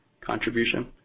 contribution